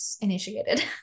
initiated